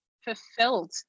fulfilled